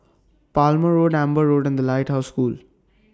Palmer Road Amber Road and The Lighthouse School